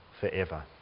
forever